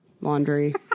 laundry